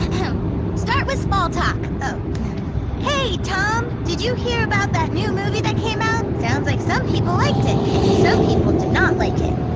start with small talk. hey, tom. did you hear about that new movie that came out? sounds like some people liked it and some people did not like it.